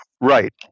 right